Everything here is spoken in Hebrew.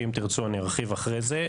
ואם תרצו, אני ארחיב אחרי זה.